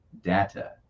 data